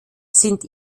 sind